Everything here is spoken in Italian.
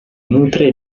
nutre